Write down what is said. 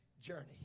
journey